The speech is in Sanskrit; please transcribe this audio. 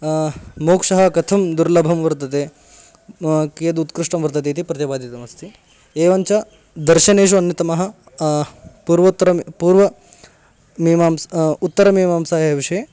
मोक्षः कथं दुर्लभं वर्तते कियदुत्कृष्टं वर्तते इति प्रतिपादितमस्ति एवञ्च दर्शनेषु अन्यतमः पूर्वोत्तरम् पूर्वमीमांस् उत्तरमीमांसायाः विषये